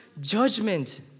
judgment